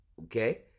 okay